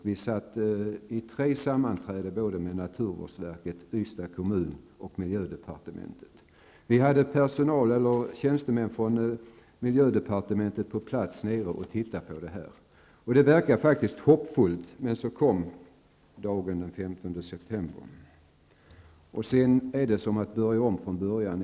Vi hade tre sammanträden med naturvårdsverket, Ystads kommun och miljödepartementet. Tjänstemän från miljödepartementet var där nere för att på platsen titta på förhållandena. Det hela verkade faktiskt hoppfullt. Men så kom söndagen den 15 september -- det var som att börja om från början.